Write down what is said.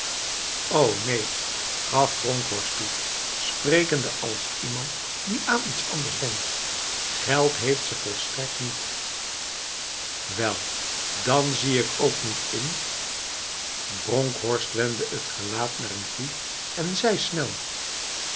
neen gaf bronkhorst toe sprekende als iemand die aan iets anders denkt geld heeft ze volstrekt niet wel dan zie ik ook niet in bronkhorst wendde het gelaat naar hem toe en zei snel